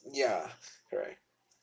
yeah correct